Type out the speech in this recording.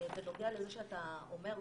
בנוגע לזה שאתה אומר,